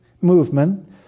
movement